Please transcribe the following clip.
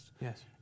Yes